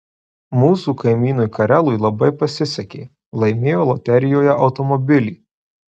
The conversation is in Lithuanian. mūsų kaimynui karelui labai pasisekė laimėjo loterijoje automobilį